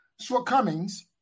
shortcomings